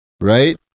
right